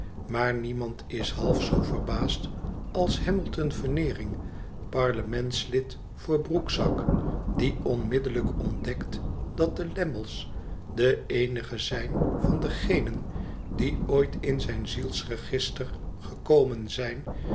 maar niemand is half zoo verbaasd als hamilton veneering parlementslid voor broekzak die onmiddellijk ontdekt dat de lammies de eenigen zijn van degenen die ooit in zijn zielsregister gekomen zijn